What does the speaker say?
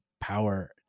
power